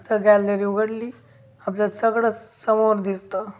आता गॅलरी उघडली आपलं सगळंच समोर दिसतं